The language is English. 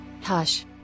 hush